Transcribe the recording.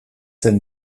zen